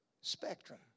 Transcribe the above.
Spectrum